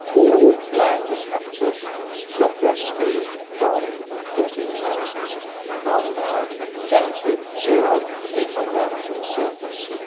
all landers have to drop their speed from fourteen thousand miles an hour down to zero as they come down onto the surface.